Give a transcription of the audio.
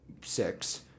six